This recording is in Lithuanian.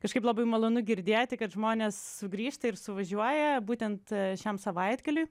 kažkaip labai malonu girdėti kad žmonės sugrįžta ir suvažiuoja būtent šiam savaitgaliui